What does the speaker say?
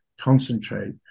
concentrate